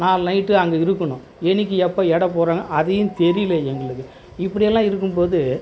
நாளை நைட்டு அங்கே இருக்கணும் என்றைக்கி எப்போ எடை போடுறாங்க அதையும் தெரியல எங்களுக்கு இப்படியெல்லாம் இருக்கும் போது